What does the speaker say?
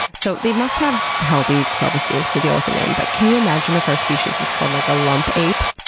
so, they must have healthy self-esteems to deal with the name, but can you imagine if our species was called like a lump ape?